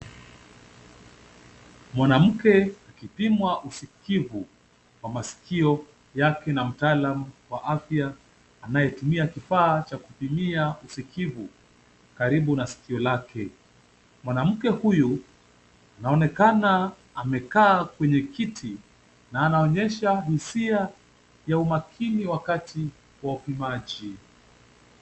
Mwanamke akipimwa usikivu wa masikio yake na mtaalamu wa afya anayetumia kifaa cha kupimia usikivu karibu na sikio lake. Mwanamke huyu anaonekana amekaa kwenye kiti na anaonyesha hisia ya umakini wakati wa upimaji.